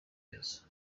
nizzo